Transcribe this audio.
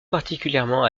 particulièrement